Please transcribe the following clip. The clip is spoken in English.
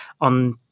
on